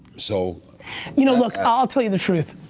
so you know look, i'll tell you the truth.